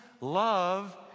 love